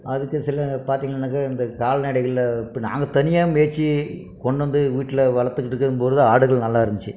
அதுக்கு சில பார்த்திங்கள்னாக்கா இந்த கால்நடைகளில் இப்போ நாங்கள் தனியாக மேய்ச்சி கொண்டு வந்து வீட்டில் வளர்த்துக்கிட்டுருக்கும் பொழுது ஆடுகள் நல்லாயிருந்துச்சி